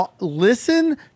listen